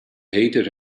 hated